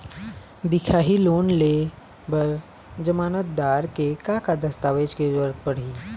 दिखाही लोन ले बर जमानतदार के का का दस्तावेज के जरूरत पड़ही?